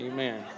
Amen